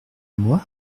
moi